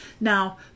Now